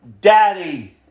Daddy